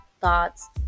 thoughts